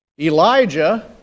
Elijah